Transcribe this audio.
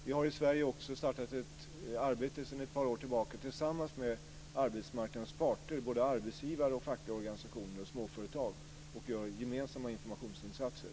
Vi har i Sverige också startat ett arbete sedan ett par år tillbaka tillsammans med arbetsmarknadens parter, både arbetsgivare och fackliga organisationer, och småföretag och gör gemensamma informationsinsatser.